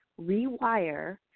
rewire